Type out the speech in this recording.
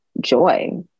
joy